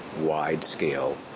wide-scale